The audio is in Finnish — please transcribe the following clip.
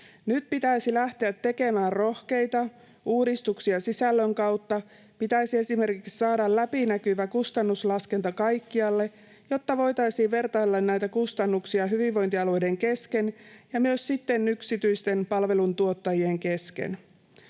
Nyt pitäisi lähteä tekemään rohkeita uudistuksia sisällön kautta, pitäisi esimerkiksi saada läpinäkyvä kustannuslaskenta kaikkialle, jotta voitaisiin vertailla näitä kustannuksia hyvinvointialueiden kesken ja siten myös yksityisten palveluntuottajien kesken.